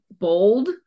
bold